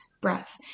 breath